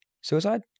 Suicide